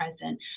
present